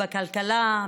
בכלכלה,